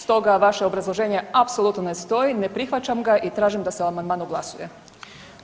Stoga vaše obrazloženje apsolutno ne stoji, ne prihvaćam ga i tražim da se o amandmanu glasuje.